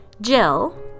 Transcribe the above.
Jill